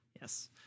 yes